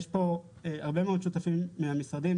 יש פה הרבה מאוד שותפים מהמשרדים,